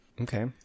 Okay